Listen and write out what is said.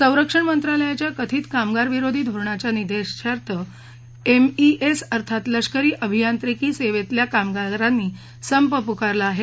संरक्षण मंत्रालयाच्या कथित कामगारविरोधी धोरणाच्या निषेधार्थ एम ई एस अर्थात लष्करी अभियांत्रिकी सेवेतल्या कामगारांनी संप पुकारला आहे